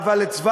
אבל,